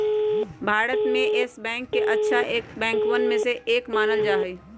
भारत में Yes Bank के अच्छा बैंकवन में से एक मानल जा हई